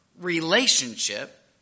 relationship